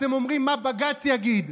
אתם אומרים מה בג"ץ יגיד.